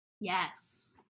Yes